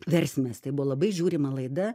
versmės tai buvo labai žiūrima laida